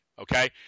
okay